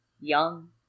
Young